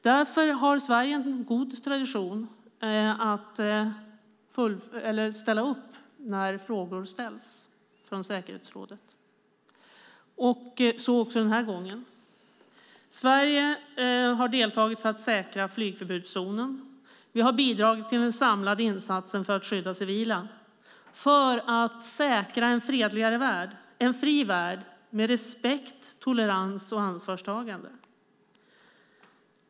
Därför har Sverige en god tradition att ställa upp när frågor kommer från säkerhetsrådet - så också den här gången. Sverige har deltagit för att säkra flygförbudszonen. Vi har bidragit till den samlade insatsen för att skydda civila och för att säkra en fredligare och fri värld med respekt, tolerans och ansvarstagande.